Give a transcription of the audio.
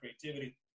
creativity